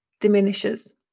diminishes